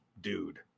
dude